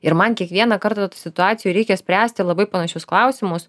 ir man kiekvieną kartą tų situacijų reikia spręsti labai panašius klausimus